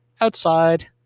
outside